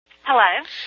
Hello